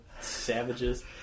savages